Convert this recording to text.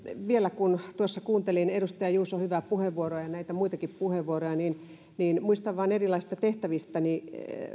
vielä kun tuossa kuuntelin edustaja juuson hyvää puheenvuoroa ja näitä muitakin puheenvuoroja niin niin muistan vaan erilaisista tehtävistäni